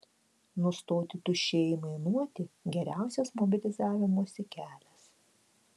nustoti tuščiai aimanuoti geriausias mobilizavimosi kelias